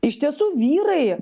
iš tiesų vyrai